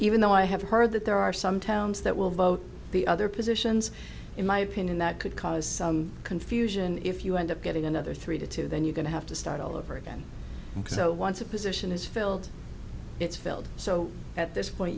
even though i have heard that there are some towns that will vote the other positions in my opinion that could cause some confusion if you end up getting another three to two then you're going to have to start all over again so once a position is filled it's filled so at this point